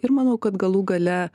ir manau kad galų gale